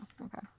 Okay